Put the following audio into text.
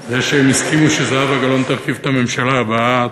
זה שהם הסכימו שזהבה גלאון תרכיב את הממשלה הבאה,